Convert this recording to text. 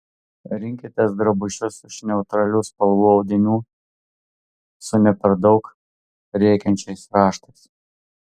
rinkitės drabužius iš neutralių spalvų audinių su ne per daug rėkiančiais raštais